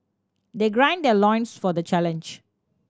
they gird their loins for the challenge